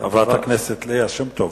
חברת הכנסת ליה שמטוב,